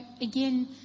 again